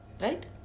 Right